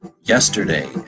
Yesterday